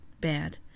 bad